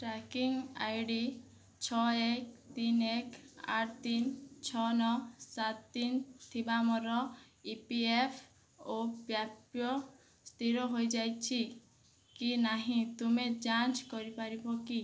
tracking I D ଛଅ ଏକ ତିନି ଏକ ଆଠ ତିନି ଛଅ ନଅ ସାତ ତିନି ଥିବା ମୋର ଇ ପି ଏଫ୍ ଓ ପ୍ରାପ୍ୟ ସ୍ଥିର ହୋଇଯାଇଛି କି ନାହିଁ ତୁମେ ଯାଞ୍ଚ କରିପାରିବ କି